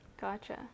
Gotcha